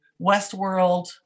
Westworld